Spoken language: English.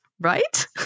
right